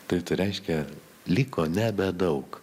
tai reiškia liko nebedaug